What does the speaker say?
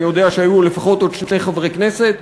אני יודע שהיו לפחות עוד שני חברי כנסת.